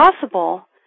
possible